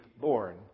born